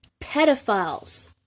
...pedophiles